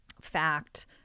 fact